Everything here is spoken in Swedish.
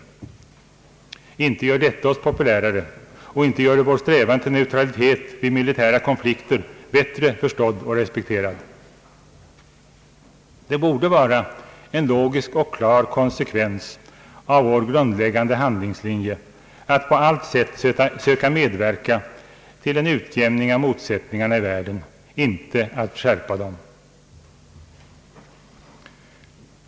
Inte gör detta oss populärare och inte gör det vår strävan till neutralitet vid militära konflikter bättre förstådd och respekterad. Det borde vara en logisk och klar konsekvens av vår grundläggande handlingslinje att på allt sätt söka medverka till en utjämning av motsättningarna i världen — inte att skärpa dem.